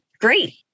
great